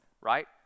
right